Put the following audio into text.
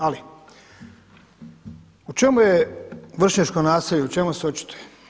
Ali u čemu se vršnjačko nasilje u čemu se očituje?